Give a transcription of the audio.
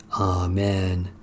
Amen